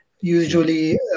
usually